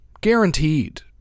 Guaranteed